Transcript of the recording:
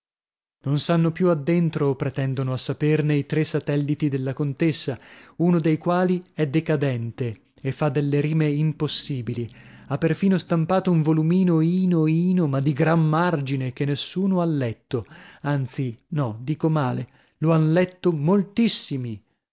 ne sanno più addentro o pretendono a saperne i tre satelliti della contessa uno dei quali è decadente e fa delle rime impossibili ha perfino stampato un volumino ino ino ma di gran margine che nessuno ha letto anzi no dico male lo han letto moltissimi